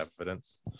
evidence